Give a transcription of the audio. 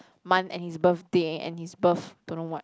month and his birthday and his birth don't know what